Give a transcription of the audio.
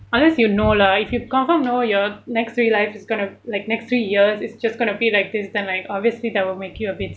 unless you know lah if you going to know your next three life is going to like next three years is just going to be like this then like obviously that will make you a bit